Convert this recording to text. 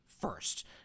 first